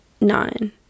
nine